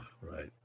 right